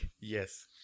yes